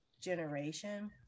generation